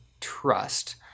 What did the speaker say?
trust